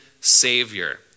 Savior